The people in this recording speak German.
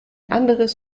anderes